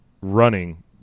running